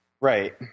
right